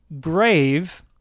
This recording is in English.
grave